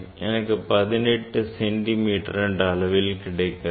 எனக்கு 18 centimetre என்ற அளவில் கிடைக்கிறது